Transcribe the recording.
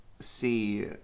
see